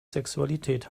sexualität